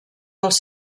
dels